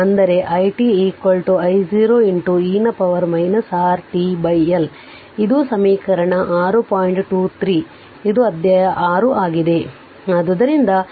ಅಂದರೆ i t I0 e ನ power R t L ಇದು ಸಮೀಕರಣ 6